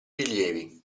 rilievi